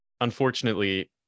unfortunately